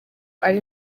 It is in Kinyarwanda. ari